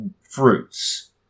fruits